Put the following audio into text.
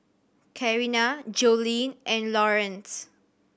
Carina Jolene and Lawrence